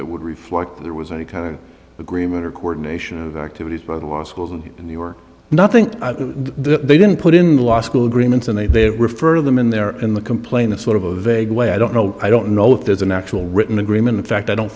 that would reflect that there was any kind of agreement or coordination activities by the law schools in new york nothing they didn't put in law school agreements and they refer to them in there in the complaint sort of a vague way i don't know i don't know if there's an actual written agreement in fact i don't